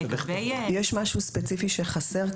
יש משהו ספציפי שחסר כאן?